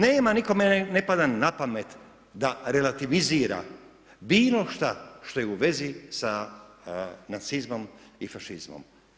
Nema, nikome ne pada na pamet da relativizira bilo šta šta je u vezi sa nacizmom i fašizmom.